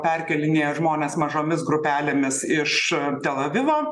perkėlinėja žmones mažomis grupelėmis iš tel avivo